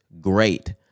great